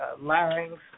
larynx